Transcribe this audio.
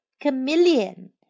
chameleon